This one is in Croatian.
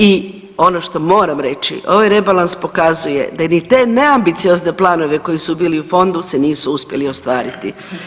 I ono što moram reći, ovaj rebalans pokazuje da ni te neambiciozne planove koji su bili u fondu se nisu uspjeli ostvariti.